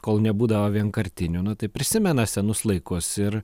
kol nebūdavo vienkartinių nu tai prisimena senus laikus ir